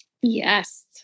Yes